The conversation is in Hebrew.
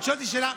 שנייה.